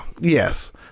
Yes